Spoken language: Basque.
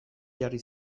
jarri